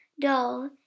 Dull